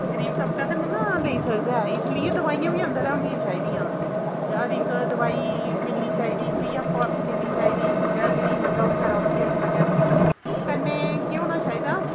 गरीब तबका ते निं ना लेई सकदा ऐ इस लेई दोआइयां बी अंदर होनियां चाहिदियां हर इक दोआई मिलनी चाहिदी फ्री आफ कास्ट मिलनी चाहिदी जेह्ड़ा गरीब बंदा ऐ ओह् बचैरा इत्थूं लेई सकै कन्नै केह् होना चाहिदा